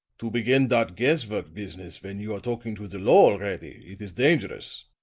to begin dot guess-work business when you are talking to the law already, it is dangerous,